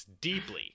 Deeply